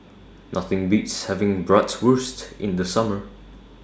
Nothing Beats having Bratwurst in The Summer